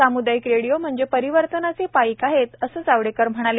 सामुदायिक रेडिओ म्हणजे परिवर्तनाचे पाईक आहेत असे जावडेकर म्हणाले